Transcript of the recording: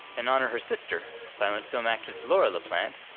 an honor her sister, silent film actress laura la plante,